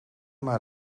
maar